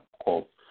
Quote